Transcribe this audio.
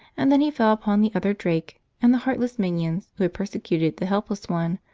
and then he fell upon the other drake and the heartless minions who had persecuted the helpless one,